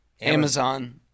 Amazon